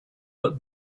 but